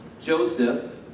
Joseph